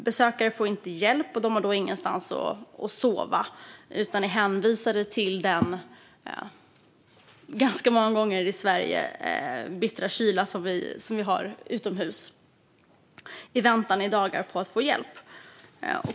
Besökare får inte hjälp och har ingenstans att sova, utan de är hänvisade till den i Sverige ganska många gånger bistra kylan utomhus. De får vänta i dagar på att få hjälp.